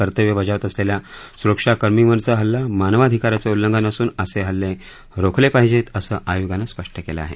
कर्तव्य बजावत असलेल्या सुरक्षाकर्मीवरचा हल्ला मानवाधिकारांचं उल्लंघन असून असे हल्ले रोखले पाहिजेत असं आयोगानं म्हटलं आहे